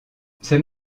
c’est